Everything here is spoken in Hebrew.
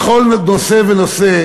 בכל נושא ונושא